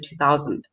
2000